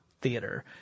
Theater